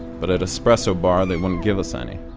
but at espresso bar they wouldn't give us any.